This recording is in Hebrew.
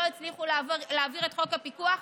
לא הצליחו להעביר את חוק הפיקוח.